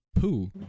poo